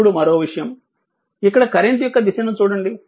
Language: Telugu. ఇప్పుడు మరో విషయం ఇక్కడ కరెంట్ యొక్క దిశను చూడండి